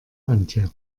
antje